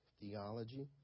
Theology